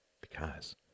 because